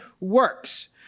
works